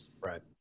right